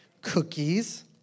Cookies